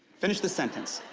finish this sentence.